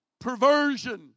perversion